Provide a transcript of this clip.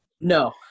No